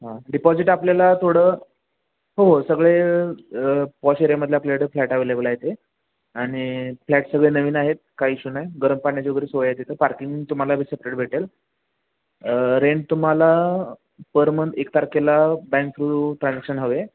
हां डिपॉजिट आपल्याला थोडं हो हो सगळे पॉश एरियामधले आपल्याकडे फ्लॅट अव्हेलेबल आहे ते आणि फ्लॅट सगळे नवीन आहेत काय इशू नाही गरम पाण्याची वगैरे सोय आहे तिथं पार्किंग तुम्हाला सेपरेट भेटेल रेंट तुम्हाला पर मंथ एक तारखेला बँक थ्रू ट्रानक्शन हवे